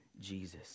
Jesus